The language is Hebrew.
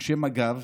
אנשי מג"ב,